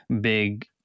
big